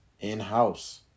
in-house